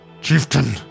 Chieftain